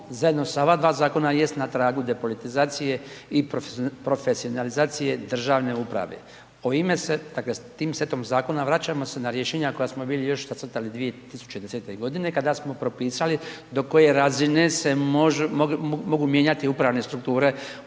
zajedno sa ova dva zakona, jest na tragu depolitizacije i profesionalizacije državne uprave. …/Govornik se ne razumije./… s tim setom zakona vraćamo se ne rješenja koja smo bili još nacrtali 2010. g. kada smo propisali do koje razine se mogu mijenjati upravne strukture